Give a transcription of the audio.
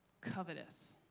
covetous